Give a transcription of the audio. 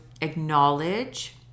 acknowledge